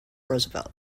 roosevelt